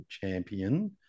champion